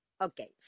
okay